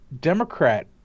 Democrat